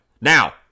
Now